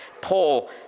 Paul